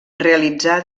realitzà